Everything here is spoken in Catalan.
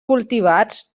cultivats